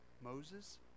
Moses